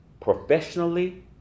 professionally